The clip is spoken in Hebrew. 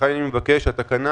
לכן, אני מבקש שהתקנה